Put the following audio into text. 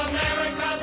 America